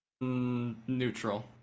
Neutral